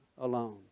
alone